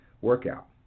workout